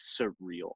surreal